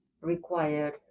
required